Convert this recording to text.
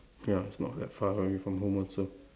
ya it's not that far away from here from home also